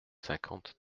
cinquante